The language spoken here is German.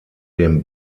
dem